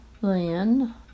Lynn